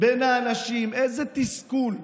בין האנשים, איזה תסכול,